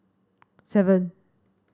seven